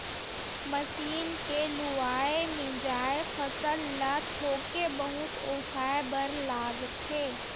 machine के लुवाए, मिंजाए फसल ल थोके बहुत ओसाए बर लागथे